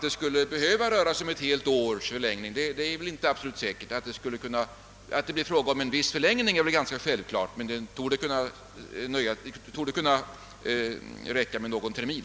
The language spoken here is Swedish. Det är som sagt inte säkert att det skulle röra sig om ett helt års förlängning av utbildningen, utan det borde kunna räcka med någon termin.